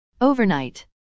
Overnight